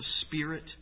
spirit